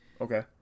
Okay